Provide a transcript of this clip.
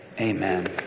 Amen